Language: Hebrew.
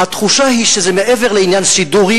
התחושה היא שזה מעבר לעניין סידורי